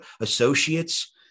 associates